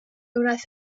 wnaeth